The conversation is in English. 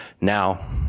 Now